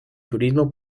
turismo